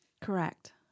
Correct